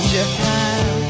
Japan